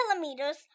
kilometers